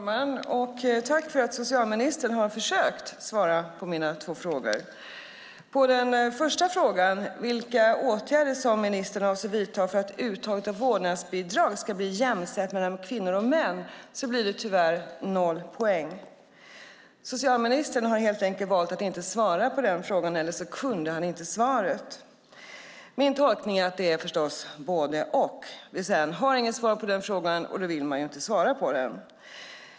Herr talman! Tack för att socialministern har försökt svara på mina två frågor. För svaret på den första frågan - vilka åtgärder ministern avser att vidta för att uttaget av vårdnadsbidrag ska bli jämställt mellan kvinnor och män - blir det tyvärr noll poäng. Socialministern har helt enkelt valt att inte svara på den frågan, eller också kunde han inte svaret. Min tolkning är förstås att det är både och, det vill säga socialministern har inget svar på frågan och vill därför inte svara på den.